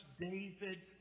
David